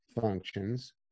functions